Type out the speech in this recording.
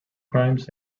crimes